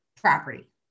property